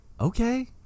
Okay